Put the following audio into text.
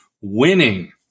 winning